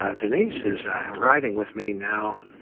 um denise is riding with me now.